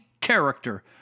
character